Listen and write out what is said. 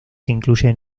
incluyen